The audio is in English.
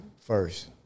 first